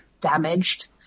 damaged